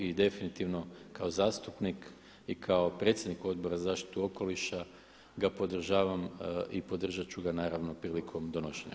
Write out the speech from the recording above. I definitivno kao zastupnik i kao predsjednik Odbora za zaštitu okoliša ga podržavam i podržat ću ga naravno prilikom donošenja.